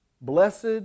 Blessed